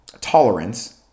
tolerance